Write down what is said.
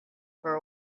for